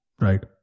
right